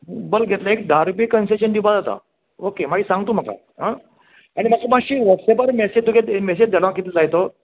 bulk घेतल्यार एक धा रुपया कन्सेशन दिवपाक जाता ओके मागीर सांग तूं म्हाका आं आनी म्हाका मातशी व्हॉट्सेपार मेसेज तुगे मेसेज धाड आं कितलो जाय तो